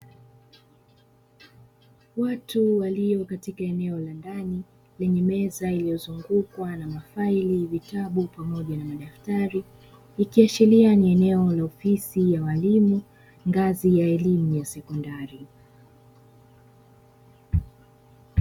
Watu waliokatika eneo la ndani lenye meza iliyozungukwa na mafaili, vitabu pamoja na madaftari, ikiashiria ni eneo la ofisi ya walimu ngazi ya elimu ya sekondari.